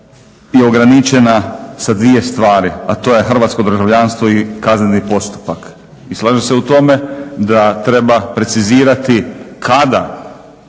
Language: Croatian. Je ograničena sa dvije stvari, a to je hrvatsko državljanstvo i kazneni postupak. I slažem se u tome da treba precizirati kada